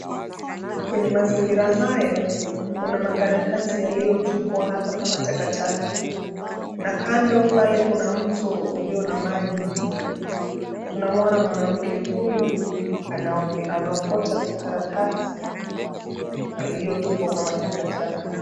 Kwenye mazingira haya kuna makaratasi yaliyotupwa hapa kama takataka. Na kando pale kuna mto ulio na maji. Tunamwona mwanamke huyu, anakotoka makaratasi, yaliyotupwa kama takataka.